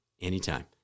anytime